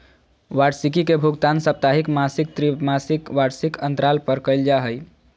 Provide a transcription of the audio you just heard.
वार्षिकी के भुगतान साप्ताहिक, मासिक, त्रिमासिक, वार्षिक अन्तराल पर कइल जा हइ